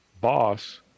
boss